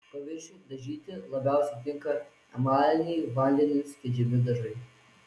paviršiui dažyti labiausiai tinka emaliniai vandeniu skiedžiami dažai